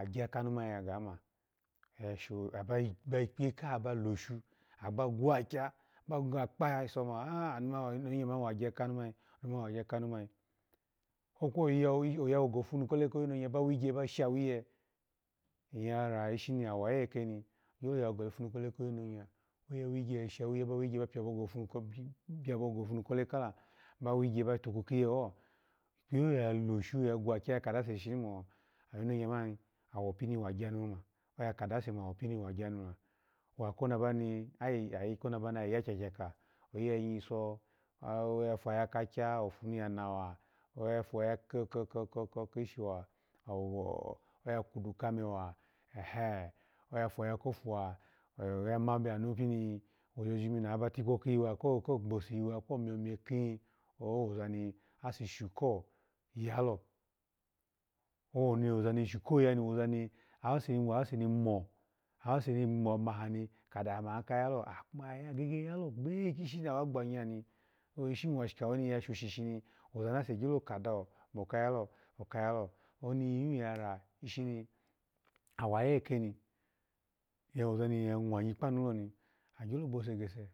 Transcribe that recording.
agyakanu mana ya ga ma, ikpiye ya losho, abagwakya, aha ba gwakpa iso bamo oyinonmya mani wagya kanu mani, omani wagya kanu mani, oyawu gofo ole kayinonya, oya fuwa bawigye shawo eye, iya ra ishi ni awayi lekeni oyawo gofunu kole kayinonya abawigye shawo eye miyabo gofunu kole kala, wigye ba tukwu kiyeho ikpiyeho ya loshun, oya kadase mawo pini wangyanu la, wa kishi mani lalo ayi ya kyakyaka mani lalo, owoni oyi ga foya kakya ofonu yanawa, oya kuludu kame, wa ehe, oya foya kofo, oya ma binu pini wojoji, aba labo kiyiwa ko gbo siwa ko myo mge ki owaza nake shukoyalo, owoni awase ni shu koyani, ni mahani pini kadahama, aha akaya lo, ake gege yaho gbehi kishi ni awa gbanyani, oya shoshi mo oza nase gyo kadawo mo kayalo, oka yalo, oni yu ya ra ishi ni awayilekeni ozani nya mwanyi kpanu loni, agyo bose gese.